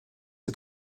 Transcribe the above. est